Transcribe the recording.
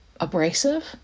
abrasive